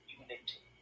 unity